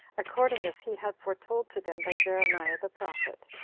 according as he had foretold to them by jeremiah the prophet,